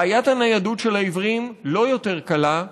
בעיית הניידות של העיוורים לא יותר קלה,